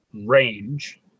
range